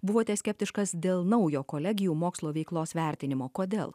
buvote skeptiškas dėl naujo kolegijų mokslo veiklos vertinimo kodėl